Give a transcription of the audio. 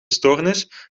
stoornis